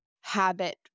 habit